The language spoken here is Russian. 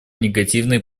негативные